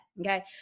okay